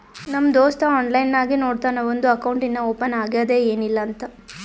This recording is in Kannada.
ನಮ್ ದೋಸ್ತ ಆನ್ಲೈನ್ ನಾಗೆ ನೋಡ್ತಾನ್ ಅವಂದು ಅಕೌಂಟ್ ಇನ್ನಾ ಓಪನ್ ಆಗ್ಯಾದ್ ಏನಿಲ್ಲಾ ಅಂತ್